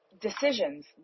decisions